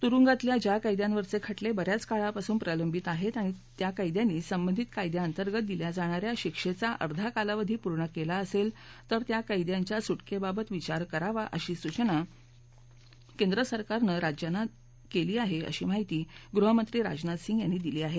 तुरुंगातल्या ज्या कैद्यांवरचे खटले बऱ्याच काळापासून प्रलंबित आहेतआणि त्या कैद्यांनी संबंधित कायद्याअंतर्गत दिल्या जाणाऱ्या शिक्षेचा अर्धा कालावधी पूर्ण केला असेल तर त्या कैद्यांच्या सुटकेबाबत विचार करावा अशी सूचना केंद्र सरकारनं राज्यांना दिला आहे अशी माहिती गृहमंत्री राजनाथ सिंह यांनी दिली आहे